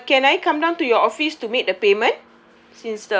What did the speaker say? uh can I come down to your office to make the payment